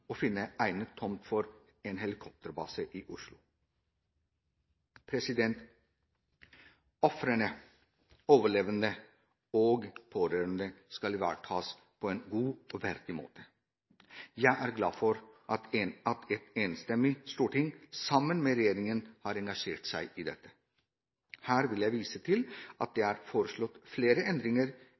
Oslo. Ofrene, overlevende og pårørende skal ivaretas på en god og verdig måte. Jeg er glad for at et enstemmig storting sammen med regjeringen har engasjert seg i dette. Her vil jeg vise til at det er foreslått flere endringer